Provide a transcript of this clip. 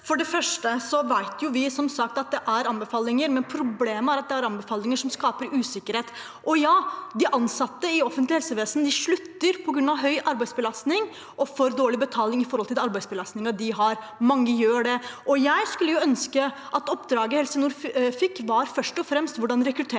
For det første vet vi, som sagt, at det er anbefalinger, men problemet er at det er anbefalinger som skaper usikkerhet. Ja, de ansatte i offentlig helsevesen slutter på grunn av høy arbeidsbelastning og for dårlig betaling i forhold til arbeidsbelastningen de har – mange gjør det. Jeg skulle ønske at oppdraget Helse nord fikk, først og fremst var: Hvordan rekruttere?